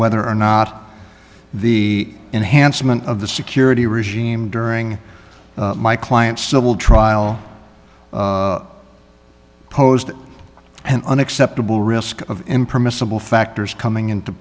whether or not the enhancement of the security regime during my client's civil trial posed an unacceptable risk of impermissible factors coming into